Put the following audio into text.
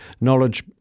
Knowledge